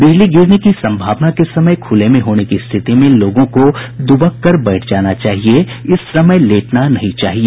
बिजली गिरने की संभावना के समय खुले में होने की स्थिति में लोगों को दुबक कर बैठ जाना चाहिए इस समय लेटना नहीं चाहिए